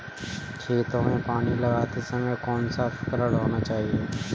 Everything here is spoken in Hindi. खेतों में पानी लगाते समय कौन सा उपकरण होना चाहिए?